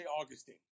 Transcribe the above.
Augustine